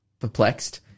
Perplexed